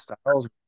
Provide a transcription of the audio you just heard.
Styles